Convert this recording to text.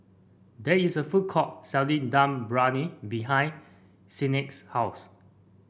there is a food court selling Dum Briyani behind Signe's house